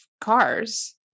cars